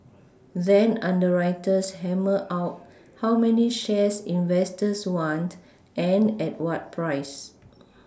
then underwriters hammer out how many shares investors want and at what price